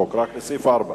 סעיף 4